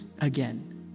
again